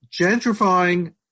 gentrifying